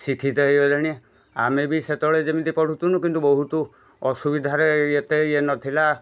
ଶିକ୍ଷିତ ହୋଇଗଲେଣି ଆମେ ବି ସେତେବେଳେ ଯେମିତି ପଢ଼ୁଥୁନୁ କିନ୍ତୁ ବହୁତ ଅସୁବିଧାରେ ଏତେ ଇଏ ନଥିଲା